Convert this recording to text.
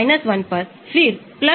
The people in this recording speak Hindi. अगर R इलेक्ट्रॉन दान कर रहा हो तो